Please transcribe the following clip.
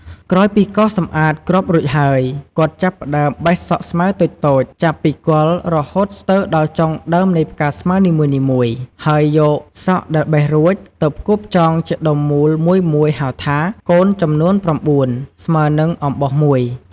ក្រោយពីកោសសម្អាតគ្រាប់រួចហើយ គាត់ចាប់ផ្តើមបេះសក់ស្មៅតូចៗចាប់ពីគល់រហូតស្ទើដល់ចុងដើមនៃផ្កាស្មៅនីមួយៗ ហើយយកសក់ដែលបេះរួចទៅផ្គួបចងជាដុំមូលមួយៗហៅថា កូនចំនួន៩ ស្មើនឹងអំបោសមួយ។